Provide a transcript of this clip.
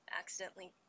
accidentally